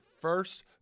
first